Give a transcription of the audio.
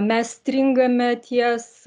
mes stringame ties